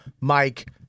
Mike